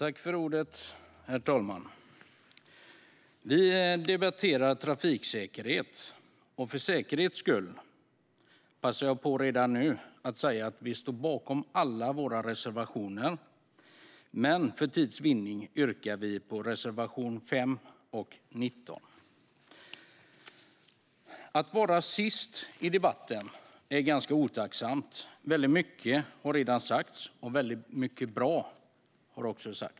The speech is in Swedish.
Herr talman! Vi debatterar trafiksäkerhet. För säkerhets skull passar jag redan nu på att säga att vi står bakom alla våra reservationer, men för tids vinnande yrkar jag bifall endast till reservationerna 5 och 19. Att vara sist i debatten är ganska otacksamt. Väldigt mycket har redan sagts. Väldigt mycket bra har också sagts.